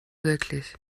wirklich